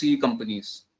companies